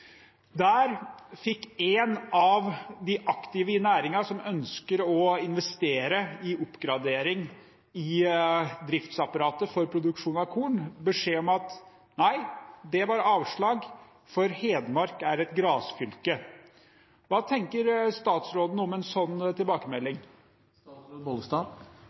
Der fikk en av de aktive i næringen som ønsker å investere i oppgradering av driftsapparatet for produksjon av korn, beskjed om at det var avslag, for Hedmark er et gressfylke. Hva tenker statsråden om en slik tilbakemelding?